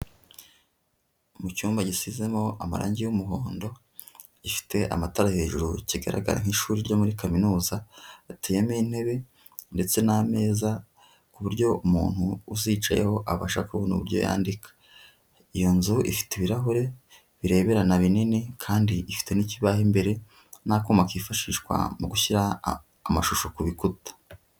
Mu cyumba gisizemo amarangi y'umuhondo, gifite amatara hejuru kigaragara nk'ishuri ryo muri kaminuza, hateyemo intebe ndetse n'ameza ku buryo umuntu uzicayeho abashaka kubona uburyo yandika, iyo nzu ifite ibirahure bireberana binini kandi ifite n'ikibaho imbere n'akuma kifashishwa mu gushyira amashusho ku bikuta.